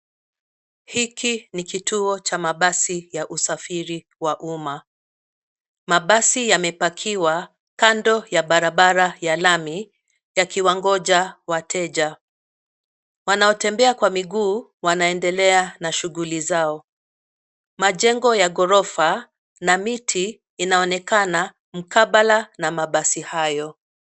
Hiki ni kituo cha mabasi ya usafiri wa umma. Mabasi yamepakiwa kando ya barabara ya lami yakiwangoja wateja. Wanaotembea kwa miguu wanaendelea na shughuli zao. Majengo ya gorofa na mti inaonekana mkabala na mabasi hayo.